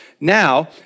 Now